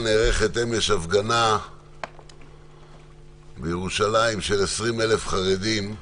נערכת אמש הפגנה בירושלים של 20,000 חרדים,